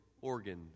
organ